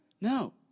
No